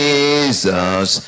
Jesus